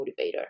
motivator